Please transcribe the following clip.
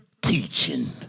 Teaching